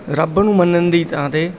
ਰੱਬ ਨੂੰ ਮੰਨਣ ਦੀ ਥਾਂ 'ਤੇ